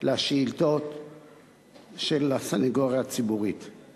של הסניגוריה הציבורית לשאילתא: